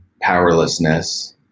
powerlessness